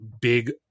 big